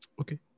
Okay